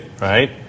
right